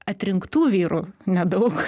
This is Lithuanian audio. atrinktų vyrų nedaug